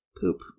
poop